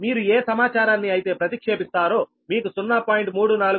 మీరు ఏ సమాచారాన్ని అయితే ప్రతిక్షేపిస్తారో మీకు 0